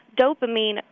dopamine